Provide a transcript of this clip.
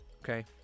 okay